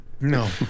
No